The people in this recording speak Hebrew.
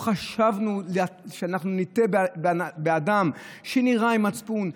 לא חשבנו שאנחנו נטעה באדם שנראה עם מצפון,